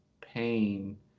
pain